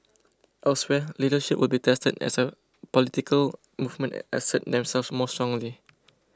elsewhere leadership will be tested as a political movements assert themselves more strongly